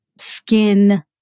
skin